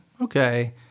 okay